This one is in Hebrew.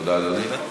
תודה, אדוני.